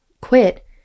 quit